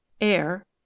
air